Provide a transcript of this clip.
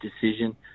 decision